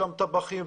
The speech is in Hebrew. גם טבחים,